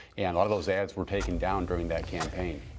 and a lot of those ads were taken down during that campaign.